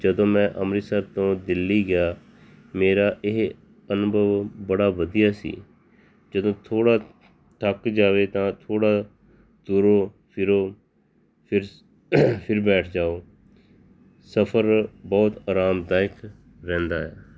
ਜਦੋਂ ਮੈਂ ਅੰਮ੍ਰਿਤਸਰ ਤੋਂ ਦਿੱਲੀ ਗਿਆ ਮੇਰਾ ਇਹ ਅਨੁਭਵ ਬੜਾ ਵਧੀਆ ਸੀ ਜਦੋਂ ਥੋੜ੍ਹਾ ਥੱਕ ਜਾਵੇ ਤਾਂ ਥੋੜ੍ਹਾ ਤੁਰੋ ਫਿਰੋ ਫਿਰ ਫਿਰ ਬੈਠ ਜਾਓ ਸਫਰ ਬਹੁਤ ਆਰਾਮਦਾਇਕ ਰਹਿੰਦਾ ਹੈ